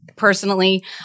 personally